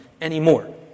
anymore